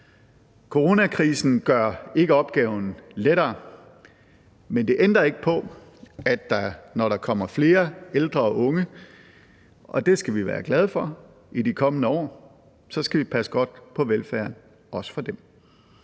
Coronakrisen gør ikke opgaven lettere. Men det ændrer ikke på, at når der kommer flere ældre og unge i de kommende år – og det skal vi være glade for – skal vi passe godt på velfærden, også for dem.